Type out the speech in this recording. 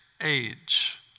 age